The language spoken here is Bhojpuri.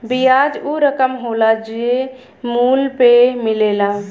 बियाज ऊ रकम होला जे मूल पे मिलेला